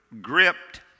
gripped